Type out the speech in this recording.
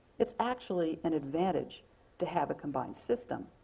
it's actually an advantage to have a combined system.